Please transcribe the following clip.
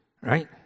Right